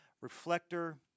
reflector